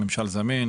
ממשל זמין,